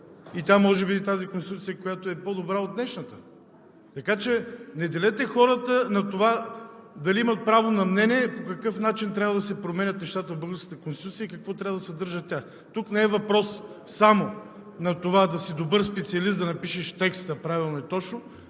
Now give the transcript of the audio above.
Може би тази Конституция е по-добра от днешната. Така че не делете хората на това дали имат право на мнение по какъв начин трябва да се променят нещата в българската Конституция и какво трябва да съдържа тя. Тук не е въпрос само на това да си добър специалист, да напишеш текста правилно и точно,